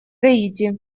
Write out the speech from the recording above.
гаити